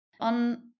On